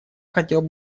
хотел